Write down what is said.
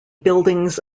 buildings